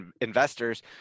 investors